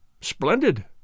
Splendid